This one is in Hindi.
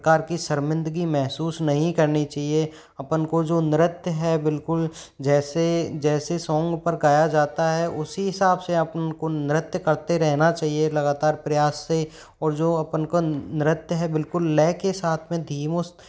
प्रकार की शर्मिंदगी महसूस नहीं करनी चाहिए अपन को जो नृत्य है बिल्कुल जैसे जैसे सॉन्ग पर गाया जाता है उसी हिसाब से आप उनको नृत्य करते रहना चाहिए लगातार प्रयास से और जो अपन को नृत्य है बिल्कुल लय के साथ में धीमोस्त